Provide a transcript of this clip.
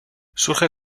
surge